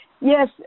yes